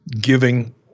giving